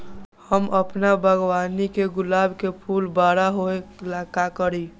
हम अपना बागवानी के गुलाब के फूल बारा होय ला का करी?